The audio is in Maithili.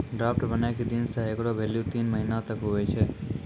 ड्राफ्ट बनै के दिन से हेकरो भेल्यू तीन महीना तक हुवै छै